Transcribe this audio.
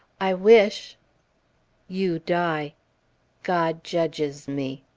i wish you die god judges me.